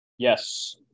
Yes